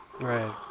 Right